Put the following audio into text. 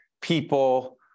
people